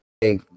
Hey